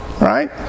Right